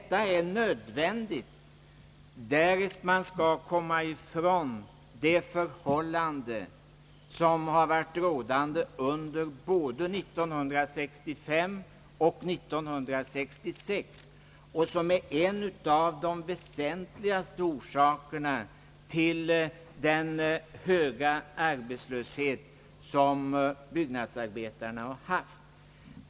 Detta är nödvändigt därest man skall komma ifrån det förhållande som har varit rådande under både år 1965 och år 1966 och som är en av de väsentligaste orsakerna till den höga arbetslöshet som byggnadsarbetarna har haft.